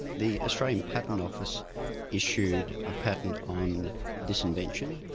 the australian patent office issued a patent on this invention,